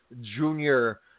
junior